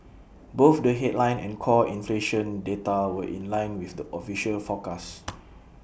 both the headline and core inflation data were in line with the official forecast